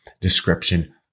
description